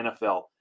NFL